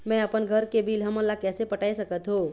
मैं अपन घर के बिल हमन ला कैसे पटाए सकत हो?